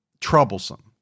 troublesome